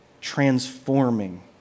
transforming